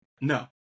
No